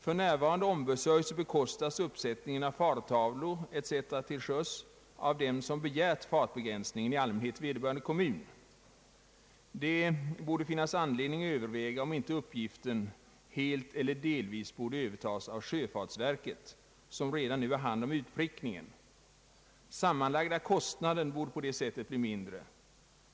För närvarande ombesörjes och bekostas uppsättningen av farttavlor etc. till sjöss av den som begärt fartbegränsningen, i allmänhet vederbörande kommun. Det borde finnas anledning överväga om inte uppgiften helt eller delvis borde övertas av sjöfartsverket, som redan nu har hand om utprickningen. Den sammanlagda kostnaden borde på det sättet bli mindre.